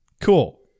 cool